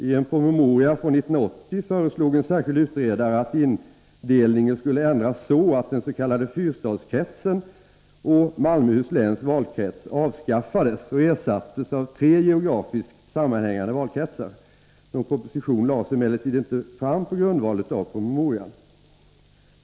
I en promemoria från 1980 föreslog en särskild utredare att indelningen skulle ändras så att den s.k. fyrstadskretsen och Malmöhus läns valkrets avskaffades och ersattes av tre geografiskt sammanhängande valkretsar. Någon proposition lades emellertid inte fram på grundval av promemorian.